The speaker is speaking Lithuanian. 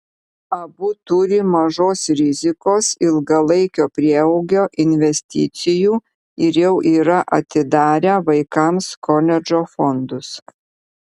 abu turi mažos rizikos ilgalaikio prieaugio investicijų ir jau yra atidarę vaikams koledžo fondus